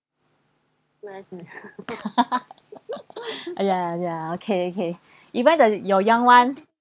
ya ya okay okay remind the your young [one]